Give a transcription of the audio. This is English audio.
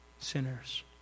Sinners